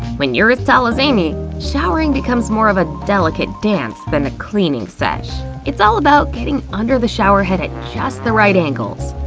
when you're as tall as amy, showering becomes more of a delicate dance than a cleaning sesh. it's all about getting under the shower head at just the right angles.